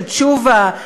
של תשובה,